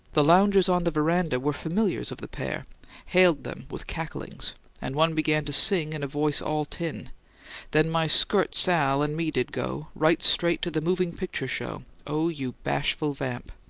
the loungers on the veranda were familiars of the pair hailed them with cacklings and one began to sing, in a voice all tin then my skirt, sal, and me did go right straight to the moving-pitcher show. oh, you bashful vamp!